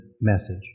message